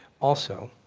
also,